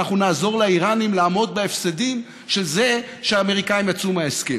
אנחנו נעזור לאיראנים לעמוד בהפסדים של זה שהאמריקאים יצאו מההסכם.